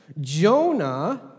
Jonah